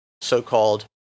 so-called